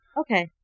Okay